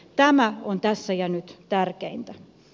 tämä on tässä ja nyt tärkeintä